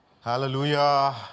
Hallelujah